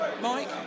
Mike